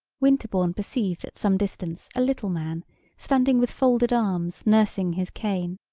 winterbourne perceived at some distance a little man standing with folded arms nursing his cane.